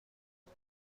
بهم